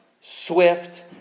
swift